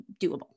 doable